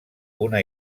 una